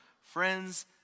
friends